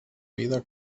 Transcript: vida